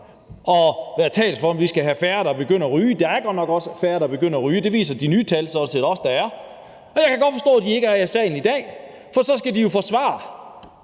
og har talt for, at vi skal have færre, der begynder at ryge. Der er godt nok også færre, der begynder at ryge; det viser de nye tal sådan set også der er. Men jeg kan godt forstå, at de partier ikke er i salen i dag, for så skulle de jo forsvare